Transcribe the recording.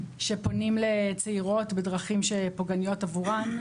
שפונים לצעירות בדרכים שפוגעניות עבורן.